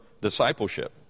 discipleship